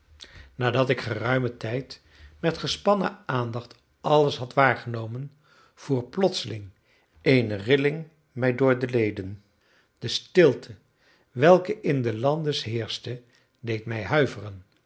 nadat ik geruimen tijd met gespannen aandacht alles had waargenomen voer plotseling eene rilling mij door de leden de stilte welke in de landes heerschte deed mij huiveren